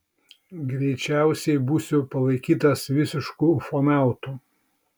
greičiausiai būsiu palaikytas visišku ufonautu